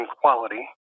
quality